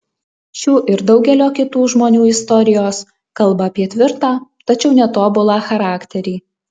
šių ir daugelio kitų žmonių istorijos kalba apie tvirtą tačiau netobulą charakterį